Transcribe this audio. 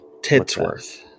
Titsworth